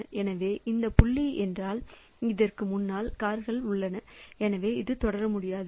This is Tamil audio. எனவே இந்த புள்ளி என்றால் இதற்கு முன்னால் கார்களும் உள்ளன எனவே இது தொடர முடியாது